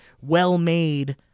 well-made